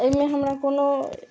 एहिमे हमरा कोनो